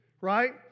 right